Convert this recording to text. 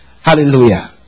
Hallelujah